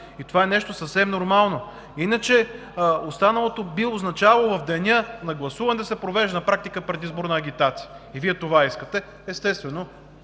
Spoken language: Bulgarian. и това е нещо съвсем нормално. Иначе, останалото би означавало в деня на гласуване, да се провежда на практика предизборна агитация и Вие това искате. Естествено,